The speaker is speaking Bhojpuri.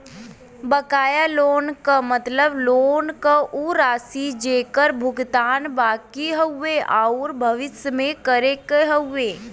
बकाया लोन क मतलब लोन क उ राशि जेकर भुगतान बाकि हउवे आउर भविष्य में करे क हउवे